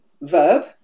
verb